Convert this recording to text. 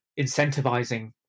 incentivizing